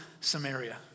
Samaria